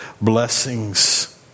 blessings